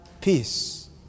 peace